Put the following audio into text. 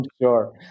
sure